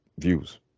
views